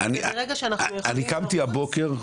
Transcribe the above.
אני ממש אתבלבל בסוף,